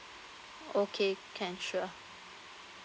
okay can sure